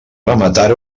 rematar